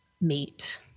meet